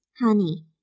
honey